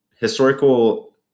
historical